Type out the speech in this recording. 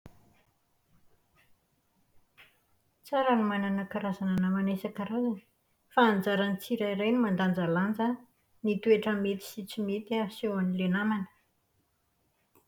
Tsara ny manana karazana namana isan-karazany. Fa anjaran'ny tsirairay ny mandanjalanja ny toetra mety sy tsy mety asehon'ilay namany.